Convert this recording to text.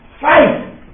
fight